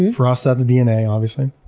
for us that's dna obviously.